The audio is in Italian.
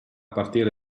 partire